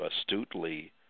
astutely